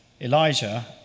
Elijah